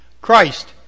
Christ